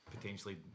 potentially